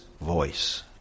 voice